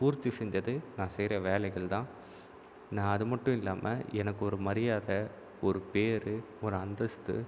பூர்த்தி செஞ்சது நான் செய்கிற வேலைகள்தான் நான் அது மட்டும் இல்லாமல் எனக்கு ஒரு மரியாதை ஒரு பேர் ஒரு அந்தஸ்து